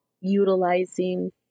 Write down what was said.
utilizing